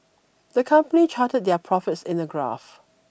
the company charted their profits in a graph